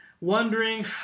wondering